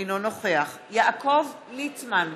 אינו נוכח יעקב ליצמן,